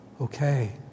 okay